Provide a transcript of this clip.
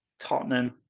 Tottenham